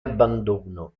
abbandono